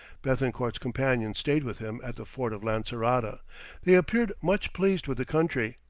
bethencourt's companions stayed with him at the fort of lancerota they appeared much pleased with the country,